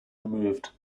removed